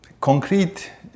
concrete